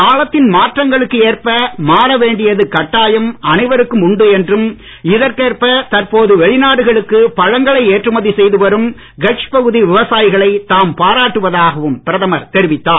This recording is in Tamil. காலத்தின் மாற்றங்களுக்கு ஏற்ப மாற வேண்டிய கட்டாயம் அனைவருக்கும் உண்டு என்றும் இதற்கேற்ப தற்போது வெளிநாடுகளுக்கு பழங்களை ஏற்றுமதி செய்துவரும் கட்ச் பகுதி விவசாயிகளை தாம் பாராட்டுவதாகவும் பிரதமர் தெரிவித்தார்